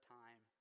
time